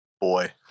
Boy